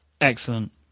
Excellent